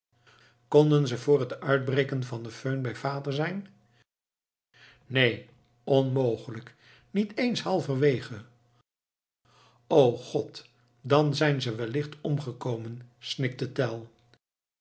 konden ze vr het uitbreken van de föhn bij vader zijn neen onmogelijk niet eens halverwegen o god dan zijn ze wellicht omgekomen snikte tell